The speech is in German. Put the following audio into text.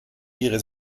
ihre